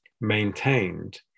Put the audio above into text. maintained